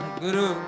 guru